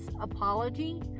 apology